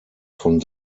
von